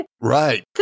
Right